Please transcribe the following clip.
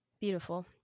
beautiful